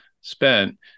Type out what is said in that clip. spent